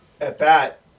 at-bat